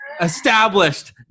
established